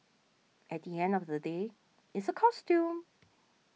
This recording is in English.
at the end of the day it's a costume